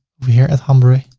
over here at hombre.